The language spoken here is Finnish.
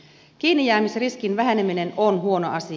kiinnijäämisriskin väheneminen on huono asia